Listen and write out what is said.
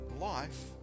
life